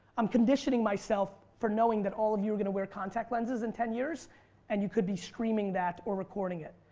i'm conditioning myself for knowing that all of you are going to wear contact lenses in ten years and you could be streaming that or recording it.